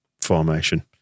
formation